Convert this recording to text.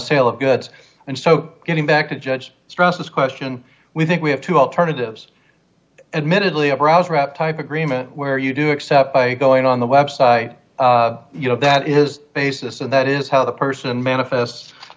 sale of goods and so getting back to judge stresses question we think we have two alternatives admittedly a browser out type agreement where you do except by going on the web site you know that is basis and that is how the person manifests